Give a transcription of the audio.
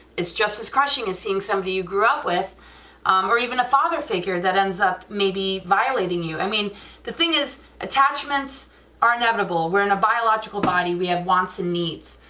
it's just as crushing as seeing somebody you grew up with or even a father figure that ends up maybe violating you, i mean the thing is attachments are inevitable, we're in a biological body, we have wants and needs,